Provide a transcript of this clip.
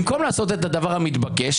במקום לעשות את הדבר המתבקש,